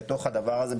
בתוך הדבר הזה,